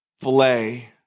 filet